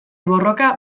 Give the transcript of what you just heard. borroka